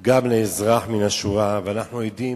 גם לאזרח מן השורה, ואנחנו עדים